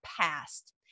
past